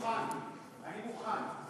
מוטי, אני מוכן.